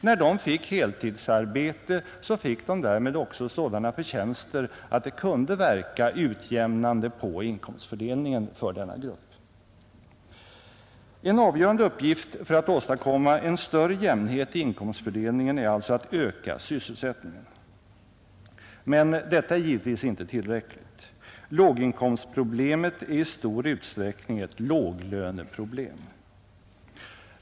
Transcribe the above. När de fick heltidsarbete fick de därmed också sådana inkomster att det kunde verka utjämnande på inkomstfördelningen för denna grupp. En avgörande uppgift för att åstadkomma en större jämnhet i inkomstfördelningen är alltså att öka sysselsättningen. Men detta är givetvis inte tillräckligt. Låginkomstproblemet är i stor utsträckning ett låglöneproblem.